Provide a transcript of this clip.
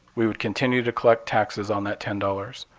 we would continue to collect taxes on that ten dollars.